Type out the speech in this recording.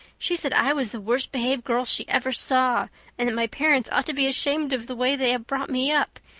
she said i was the worst-behaved girl she ever saw and that my parents ought to be ashamed of the way they had brought me up.